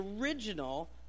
original